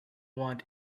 want